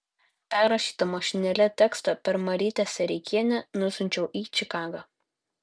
perrašytą mašinėle tekstą per marytę sereikienę nusiunčiau į čikagą